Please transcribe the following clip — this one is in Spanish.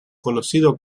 conocido